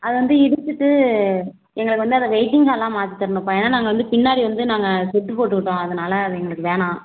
அதை வந்து இடிச்சிவிட்டு எங்களுக்கு வந்து அதை வெயிட்டிங் ஹாலாக மாற்றித் தரணும்ப்பா ஏன்னா நாங்கள் வந்து பின்னாடி வந்து நாங்கள் ஷெட்டு போட்டுக்கிட்டோம் அதனால் அது எங்களுக்கு வேணாம்